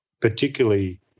particularly